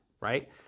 right